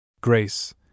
Grace